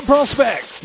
Prospect